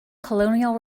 colonial